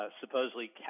Supposedly